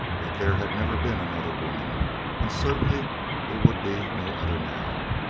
but there had never been another woman and certainly there would be no other now.